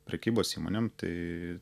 prekybos įmonėm tai